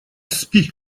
спи